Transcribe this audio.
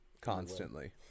constantly